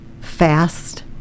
fast